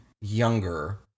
younger